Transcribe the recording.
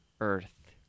Earth